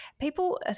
People